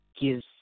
gives